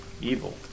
evil